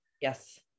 Yes